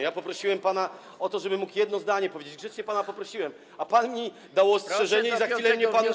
Ja poprosiłem pana o to, żebym mógł jedno zdanie powiedzieć, grzecznie pana poprosiłem, a pan mi dał ostrzeżenie i za chwilę mnie pan ukarze.